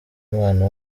umwana